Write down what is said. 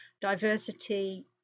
Diversity